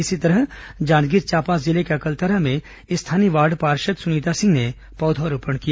इसी तरह जांजगीर चांपा जिले के अकलतरा में स्थानीय वार्ड पार्षद सुनीता सिंह ने पौधारोपण किया